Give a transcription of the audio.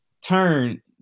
turn